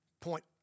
point